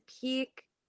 peak